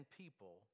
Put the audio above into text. people